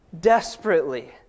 Desperately